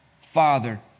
Father